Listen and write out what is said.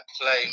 Play